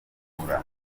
kuvura